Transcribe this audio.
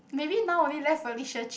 maybe now only left Felicia Chin